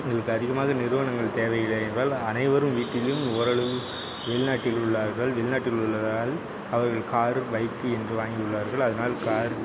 எங்களுக்கு அதிகமாக நிறுவனங்கள் தேவையில்லை என்றால் அனைவரும் வீட்டிலும் ஓரளவு வெளிநாட்டில் உள்ளார்கள் வெளிநாட்டில் உள்ளதால் அவர்கள் காரு பைக்கு என்று வாங்கியுள்ளார்கள் அதனால் கார்